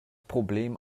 problem